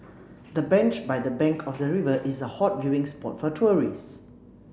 the bench by the bank of the river is a hot viewing spot for tourists